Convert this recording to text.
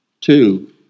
Two